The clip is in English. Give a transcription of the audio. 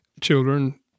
children